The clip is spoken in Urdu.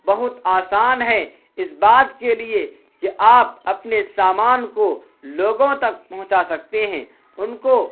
بہت آسان ہے اس بات کے لیے کہ آپ اپنے سامان کو لوگوں تک پہنچا سکتے ہیں ان کو